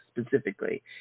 specifically